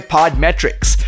Podmetrics